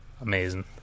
Amazing